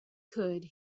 could